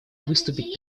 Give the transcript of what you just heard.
выступить